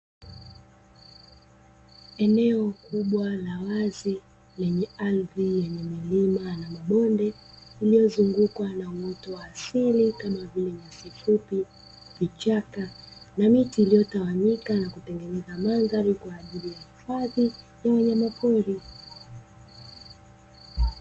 Eneo kubwa la wazi lenye ardhi yenye milima na mabonde iliyozungukwa na uoto wa asili kama vile nyasi fupi, vichaka na miti iliyotawanyika na kutengeneza mandhari kwa ajili ya hifadhi ya wanyama pori.